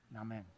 Amen